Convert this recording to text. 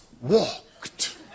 walked